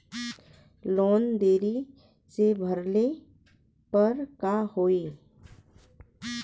Loan देरी से भरले पर का होई?